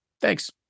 Thanks